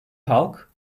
halk